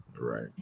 Right